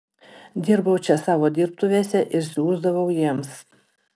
dirbau čia savo dirbtuvėse ir siųsdavau jiems